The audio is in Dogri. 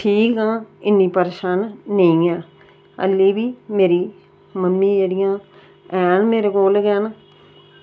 ठीक आं इन्नी परेशान नेईं आं आल्ली बी मेरी मम्मी जेह्ड़ियां हैन मेरे कोल गै न